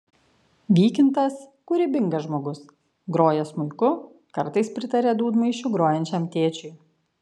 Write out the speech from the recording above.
vykintas kūrybingas žmogus groja smuiku kartais pritaria dūdmaišiu grojančiam tėčiui